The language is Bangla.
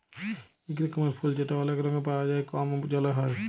ইক রকমের ফুল যেট অলেক রঙে পাউয়া যায় কম জলে হ্যয়